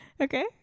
Okay